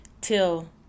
till